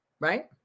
right